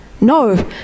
No